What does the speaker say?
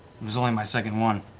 was only my second one!